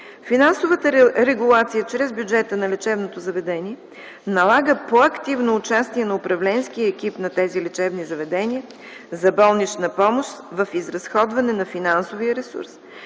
Финансовата регулация чрез бюджета на лечебното заведения налага по-активно участие на управленския екип на тези лечебни заведения за болнична помощ в изразходване на финансовия ресурс